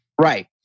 Right